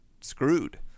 screwed